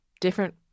different